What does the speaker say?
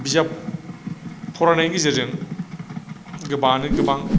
बिजाब फरायनायनि गेजेरजों गोबाङानो गोबां